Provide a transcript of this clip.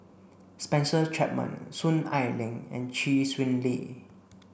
Spencer Chapman Soon Ai Ling and Chee Swee Lee